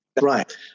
Right